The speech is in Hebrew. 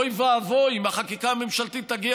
אוי ואבוי אם החקיקה הממשלתית תגיע